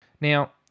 Now